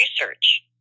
research